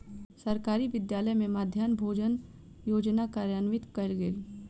सरकारी विद्यालय में मध्याह्न भोजन योजना कार्यान्वित कयल गेल